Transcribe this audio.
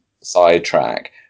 sidetrack